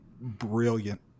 brilliant